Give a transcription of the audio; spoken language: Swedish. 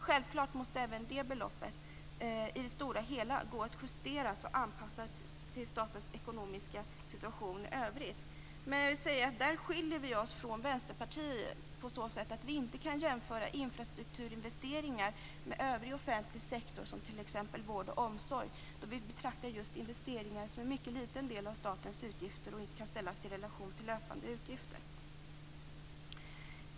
Självklart måste även det beloppet i det stora hela kunna justeras och anpassas till statens ekonomiska situation i övrigt. Här skiljer vi oss från Vänsterpartiet på så sätt att vi inte kan jämföra infrastrukturinvesteringar med övrig offentlig sektor som t.ex. vård och omsorg, då vi betraktar investeringar som en mycket liten del av statens utgifter som inte kan ställas i relation till löpande utgifter.